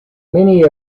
many